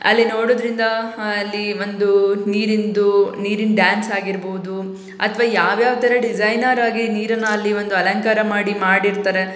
ಅಲ್ಲಿ ನೋಡೋದ್ರಿಂದ ಅಲ್ಲಿ ಒಂದು ನೀರಿಂದು ನೀರಿನ ಡ್ಯಾನ್ಸ್ ಆಗಿರ್ಬೋದು ಅಥ್ವಾ ಯಾವ ಯಾವ ಥರ ಡಿಸೈನರ್ ಆಗಿ ನೀರನ್ನು ಅಲ್ಲಿ ಒಂದು ಅಲಂಕಾರ ಮಾಡಿ ಮಾಡಿರ್ತಾರೆ